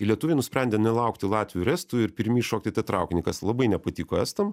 ir lietuviai nusprendė nelaukti latvių ir estų ir pirmi įšokti į tą traukinį kas labai nepatiko estam